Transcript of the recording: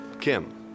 Kim